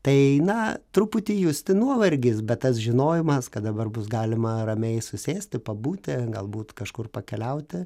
tai na truputį justi nuovargis bet tas žinojimas kad dabar bus galima ramiai susėsti pabūti galbūt kažkur pakeliauti